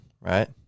right